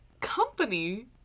company